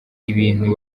ibintu